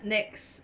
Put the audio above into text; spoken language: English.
next